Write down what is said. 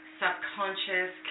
subconscious